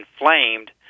inflamed